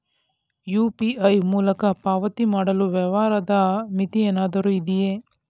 UPI ಮೂಲಕ ಪಾವತಿ ಮಾಡಲು ವ್ಯವಹಾರದ ಮಿತಿ ಏನಾದರೂ ಇದೆಯೇ?